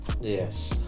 Yes